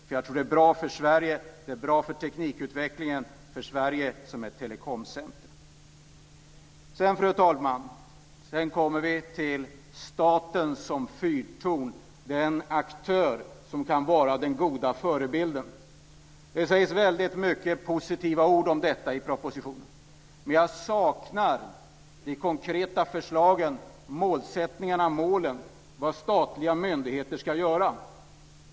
Jag tror att det är bra för Sverige, för teknikutvecklingen och för Sverige som ett telekomcentrum. Fru talman! Sedan kommer vi till staten som fyrtorn, den aktör som kan vara den goda förebilden. Det sägs väldigt många positiva ord om detta i propositionen, men jag saknar de konkreta förslagen och målsättningarna för vad statliga myndigheter ska göra.